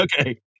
okay